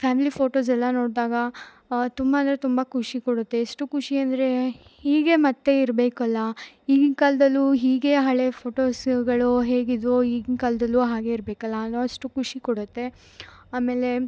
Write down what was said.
family ಫೋಟೋಸೆಲ್ಲ ನೋಡಿದಾಗ ತುಂಬ ಅಂದರೆ ತುಂಬ ಖುಷಿ ಕೊಡುತ್ತೆ ಎಷ್ಟು ಖುಷಿ ಅಂದರೆ ಹೀಗೆ ಮತ್ತು ಇರಬೇಕಲ್ಲ ಈಗಿನ ಕಾಲದಲ್ಲು ಹೀಗೆ ಹಳೆ ಫೋಟೊಸ್ಗಳು ಹೇಗಿದ್ವು ಈಗಿನ ಕಾಲದಲ್ಲು ಹಾಗೆ ಇರಬೇಕಲ್ಲ ಅನ್ನುವಷ್ಟು ಖುಷಿ ಕೊಡುತ್ತೆ ಆಮೇಲೆ